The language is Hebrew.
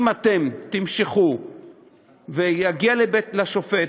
אם אתם תמשכו וזה יגיע לשופט,